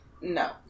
No